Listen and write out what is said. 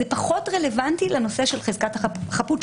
זה פחות רלוונטי לנושא של חזקת החפות.